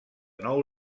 nou